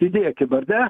įdėkim ar ne